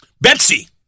Betsy